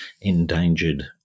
endangered